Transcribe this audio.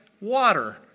water